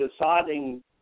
deciding